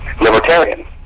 libertarian